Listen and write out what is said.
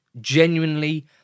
genuinely